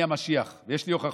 אני המשיח, ויש לי הוכחות.